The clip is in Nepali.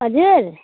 हजुर